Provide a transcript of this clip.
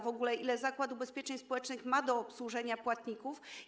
W ogóle ilu Zakład Ubezpieczeń Społecznych ma do obsłużenia płatników?